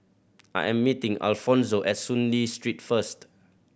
I am meeting Alfonzo at Soon Lee Street first